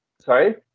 sorry